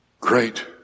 Great